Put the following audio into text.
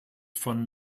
fanden